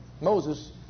Moses